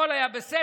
הכול היה בסדר,